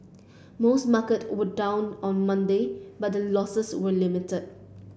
most market were down on Monday but the losses were limited